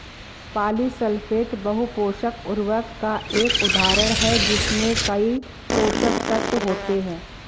polysulphate बहु पोषक उर्वरक का एक उदाहरण है जिसमें कई पोषक तत्व होते हैं